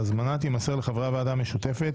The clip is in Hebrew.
ההזמנה תימסר לחברי הוועדה המשותפת